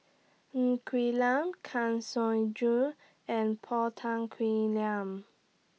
Ng Quee Lam Kang Siong Joo and Paul Tan Kuih Liang